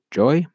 joy